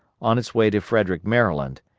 on its way to frederick, maryland,